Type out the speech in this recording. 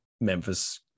Memphis